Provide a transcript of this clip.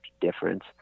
difference